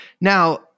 Now